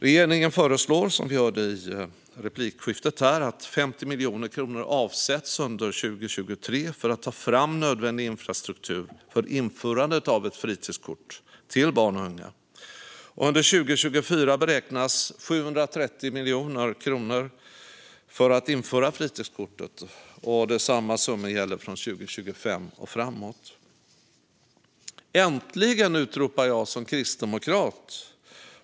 Regeringen föreslår, som vi hörde i replikskiftet, att 50 miljoner kronor avsätts under 2023 för att ta fram nödvändig infrastruktur för införandet av ett fritidskort till barn och unga. Under 2024 beräknas 730 miljoner kronor gå till att införa fritidskortet. Samma summa gäller från 2025 och framåt. Äntligen, utropar jag som kristdemokrat.